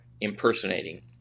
impersonating